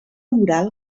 moral